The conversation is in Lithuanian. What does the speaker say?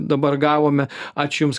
dabar gavome ačiū jums